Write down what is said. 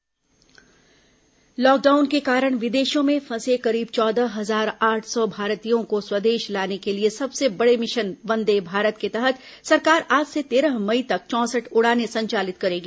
corona Vande Bharat SOP lockdown के कारण विदेषों में फंसे करीब चौदह हजार आठ सौ भारतीयों को स्वदेष लाने के लिए सबसे बड़े मिषन वंदे भारत के तहत सरकार आज से तेरह मई तक चौंसठ उड़ानें संचालित करेगी